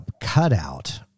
cutout